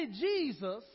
Jesus